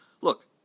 Look